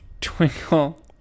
Twinkle